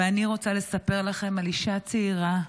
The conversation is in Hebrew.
ואני רוצה לספר לכם על אישה צעירה,